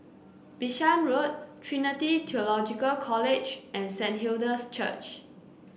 Bishan Road Trinity Theological College and Saint Hilda's Church